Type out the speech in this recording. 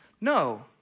No